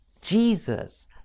Jesus